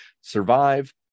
survive